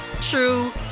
true